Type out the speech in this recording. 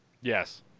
Yes